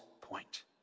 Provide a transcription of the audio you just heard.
point